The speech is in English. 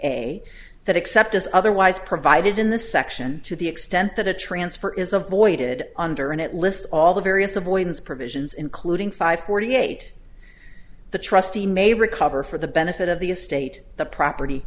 a that except as otherwise provided in the section to the extent that a transfer is avoided under and it lists all the various avoidance provisions including five forty eight the trustee may recover for the benefit of the estate the property